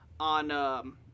On